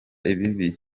ibibi